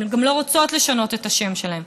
הן גם לא רוצות לשנות את השם שלהן,